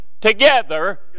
together